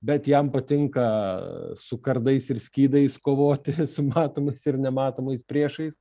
bet jam patinka su kardais ir skydais kovoti su matomais ir nematomais priešais